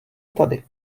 tady